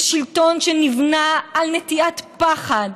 זה שלטון שנבנה על נטיעת פחד,